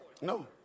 No